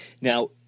now